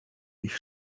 ich